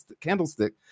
candlestick